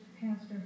Pastor